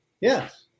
Yes